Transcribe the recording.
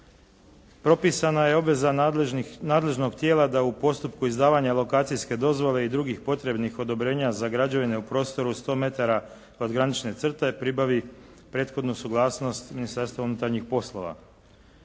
Propisana je obveza nadležnog tijela da u postupku izdavanja lokacijske dozvole i drugih potrebnih odobrenja za građevine u prostoru od 100 metara od granične crte pribavi prethodnu suglasnost Ministarstva unutarnjih poslova.